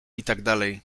itd